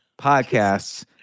podcasts